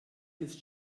ist